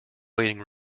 waiting